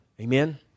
Amen